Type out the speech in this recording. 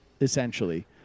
Essentially